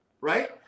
Right